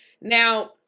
now